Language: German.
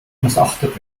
missachtet